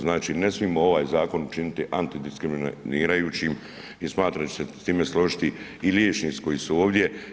Znači ne smijemo ovaj zakon učiniti antidiskriminirajućim i smatram da će se s time složiti i liječnici koji su ovdje.